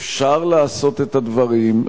אפשר לעשות את הדברים,